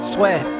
Swear